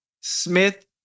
Smith